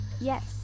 Yes